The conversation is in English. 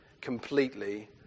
completely